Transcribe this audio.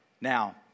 Now